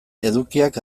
edukiak